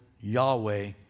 Yahweh